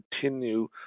continue